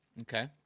Okay